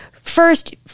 first